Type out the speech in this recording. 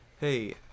hey